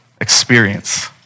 experience